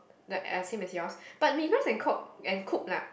the uh same as yours but Migros and Coop and Coop lah